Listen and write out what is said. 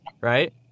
right